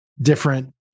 different